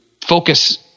focus